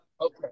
Okay